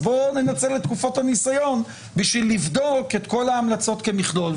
אז בוא ננצל את תקופות הניסיון כדי לבדוק את כל ההמלצות כמכלול.